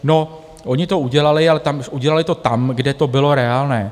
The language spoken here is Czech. No, oni to udělali, ale udělali to tam, kde to bylo reálné.